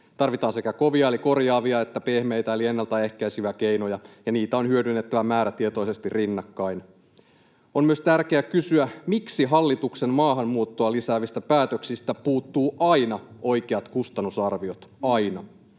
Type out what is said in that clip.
Tarvitaan sekä kovia eli korjaavia että pehmeitä eli ennaltaehkäiseviä keinoja, ja niitä on hyödynnettävä määrätietoisesti rinnakkain. On myös tärkeää kysyä: miksi hallituksen maahanmuuttoa lisäävistä päätöksistä puuttuu aina oikeat kustannusarviot, aina?